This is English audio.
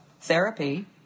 therapy